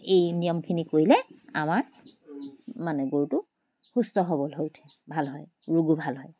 এই নিয়মখিনি কৰিলে আমাৰ মানে গৰুটো সুস্থ সবল হৈ উঠে ভাল হয় ৰোগবোৰ ভাল হয়